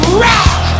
rock